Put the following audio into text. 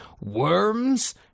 worms